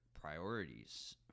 priorities